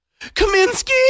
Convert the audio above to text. Kaminsky